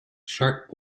shark